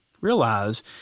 realize